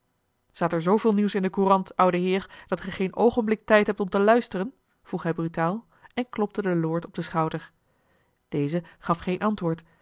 staat er zooveel nieuws in de courant oude heer dat ge geen oogenblik tijd hebt om te luisteren vroeg hij brutaal en klopte den lord op den schouder deze gaf geen antwoord